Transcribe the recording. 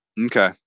Okay